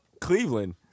Cleveland